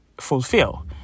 fulfill